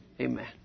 amen